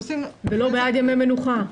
ולא בעד ימי מנוחה.